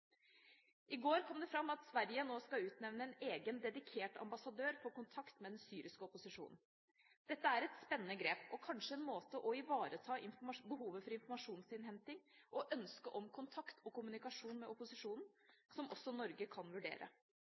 I går kom det fram at Sverige nå skal utnevne en egen dedikert ambassadør for kontakt med den syriske opposisjonen. Dette er et spennende grep og kanskje en måte å ivareta behovet for informasjonsinnhenting og ønsket om kontakt og kommunikasjon med opposisjonen, som også Norge kan vurdere.